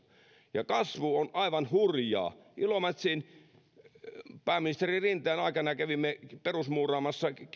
ja kasvu on aivan hurjaa pääministeri rinteen aikana kävimme ilomantsissa perusmuuraamassa